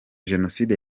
jenoside